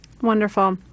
Wonderful